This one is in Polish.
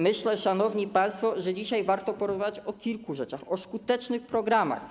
Myślę, szanowni państwo, że dzisiaj warto porozmawiać o kilku rzeczach, o skutecznych programach.